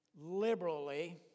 liberally